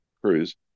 cruise